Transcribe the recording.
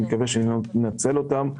אני מקווה שננצל אותם.